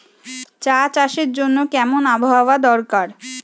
চা চাষের জন্য কেমন আবহাওয়া দরকার?